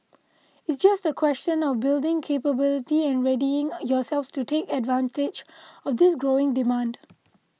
it's just a question of building capability and readying yourselves to take advantage of this growing demand